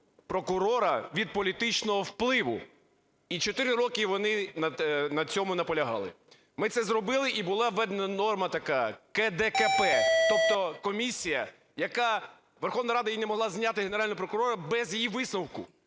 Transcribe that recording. прокурора від політичного впливу. І чотири роки вони на цьому наполягали. Ми це зробили, і була введена норма така: КДКП, тобто комісія, яка… Верховна Рада не могла зняти Генерального прокурора без її висновку.